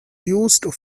used